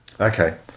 Okay